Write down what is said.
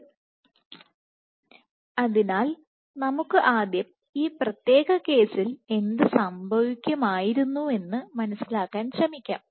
ശരി അതിനാൽ നമുക്ക് ആദ്യം ഈ പ്രത്യേക കേസിൽ എന്ത് സംഭവിക്കുമായിരുന്നുവെന്ന് മനസിലാക്കാൻ ശ്രമിക്കാം